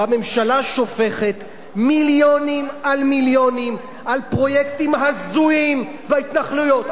והממשלה שופכת מיליונים על מיליונים על פרויקטים הזויים בהתנחלויות.